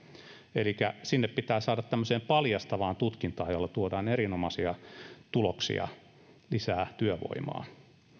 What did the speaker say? elikkä pitää saada tämmöiseen paljastavaan tutkintaan jolla tuodaan erinomaisia tuloksia lisää työvoimaa